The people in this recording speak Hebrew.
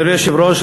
אדוני היושב-ראש,